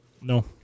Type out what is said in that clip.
No